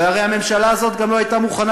והרי הממשלה הזאת גם לא הייתה מוכנה